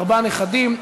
ארבעה נכדים,